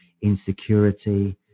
insecurity